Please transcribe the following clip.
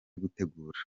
gutegura